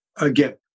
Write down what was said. again